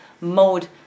mode